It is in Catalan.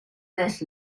dels